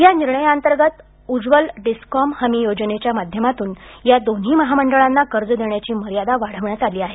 या निर्णयाअंतर्गत उज्ज्वल डिस्कॉम हमी योजनेच्या माध्यमातून या दोन्ही महामंडळांना कर्ज देण्याची मर्यादा वाढवण्यात आली आहेत